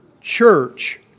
church